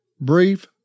brief